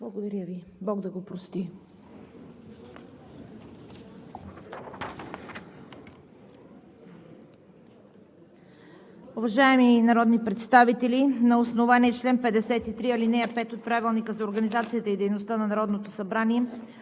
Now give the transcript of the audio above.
Благодаря Ви. Бог да го прости!